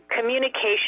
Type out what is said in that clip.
communication